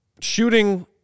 shooting